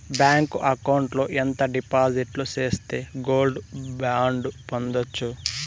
Bank account లో ఎంత డిపాజిట్లు సేస్తే గోల్డ్ బాండు పొందొచ్చు?